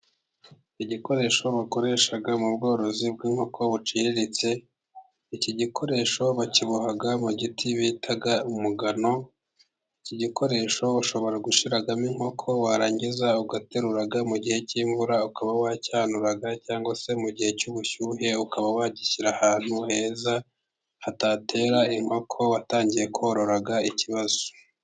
Igikoresho bakoresha mu bworozi bw'inkoko buciriritse, iki gikoresho bakiboha mu giti bita umugano, iki gikoresho ushobora gushyiramo inkoko warangiza ugaterura, mu gihe cy'imvura ukaba wacyanura cyangwa se mu gihe cy'ubushyuhe ukaba wagishyira ahantu heza, hatatera inkoko watangiye korora ikibazo.